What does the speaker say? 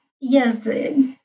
yes